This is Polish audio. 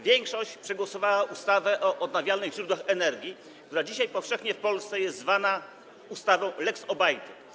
Większość przegłosowała ustawę o odnawialnych źródłach energii, która dzisiaj powszechnie w Polsce jest zwana lex Obajtek.